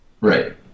Right